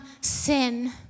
sin